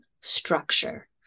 structure